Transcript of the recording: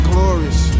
Glorious